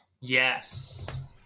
Yes